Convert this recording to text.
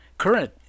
current